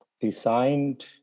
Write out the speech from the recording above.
designed